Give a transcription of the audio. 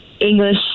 English